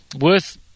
worth